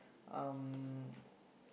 um